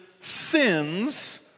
sins